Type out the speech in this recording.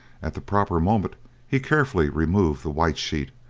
at the proper moment he carefully removed the white sheet,